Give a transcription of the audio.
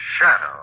Shadow